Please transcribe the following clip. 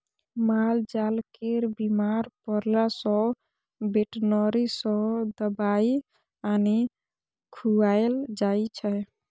मालजाल केर बीमार परला सँ बेटनरी सँ दबाइ आनि खुआएल जाइ छै